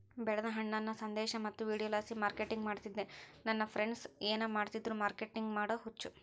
ಬೆಳೆದ ಹಣ್ಣನ್ನ ಸಂದೇಶ ಮತ್ತು ವಿಡಿಯೋಲಾಸಿ ಮಾರ್ಕೆಟಿಂಗ್ ಮಾಡ್ತಿದ್ದೆ ನನ್ ಫ್ರೆಂಡ್ಸ ಏನ್ ಮಾಡಿದ್ರು ಮಾರ್ಕೆಟಿಂಗ್ ಮಾಡೋ ಹುಚ್ಚು